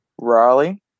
Raleigh